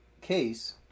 case